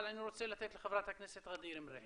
אבל אני רוצה לתת לחברת הכנסת ע'דיר מריח.